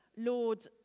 Lord